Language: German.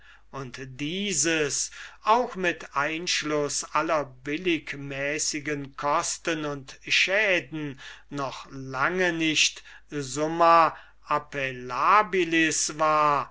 und dieses auch selbst mit einschluß aller billig mäßigen kosten und schaden noch lange nicht summa appellabilis war